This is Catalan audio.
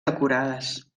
decorades